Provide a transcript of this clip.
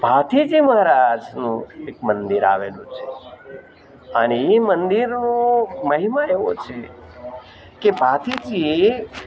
ભાથીજી મહારાજનું એક મંદિર આવેલું છે અને એ મંદિરનો મહિમા એવો છે કે ભાથીજીએ